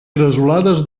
cresolades